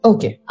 Okay